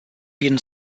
been